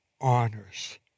honors